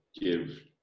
give